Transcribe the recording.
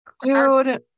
Dude